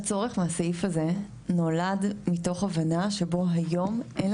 הצורך מהסעיף הזה נולד מתוך הבנה שבו היום אין